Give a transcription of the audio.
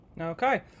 okay